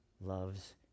loves